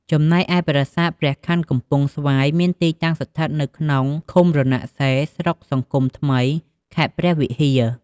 ចំណែកឯប្រាសាទព្រះខ័នកំពង់ស្វាយ មានទីតាំងស្ថិតនៅក្នុង ឃុំរណសិរ្ស ស្រុកសង្គមថ្មី ខេត្តព្រះវិហារ។